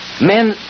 men